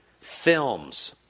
films